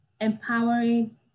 empowering